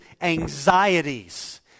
anxieties